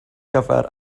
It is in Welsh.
gyfer